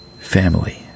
family